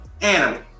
animal